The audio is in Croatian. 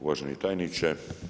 Uvaženi tajniče.